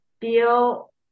feel